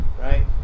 Right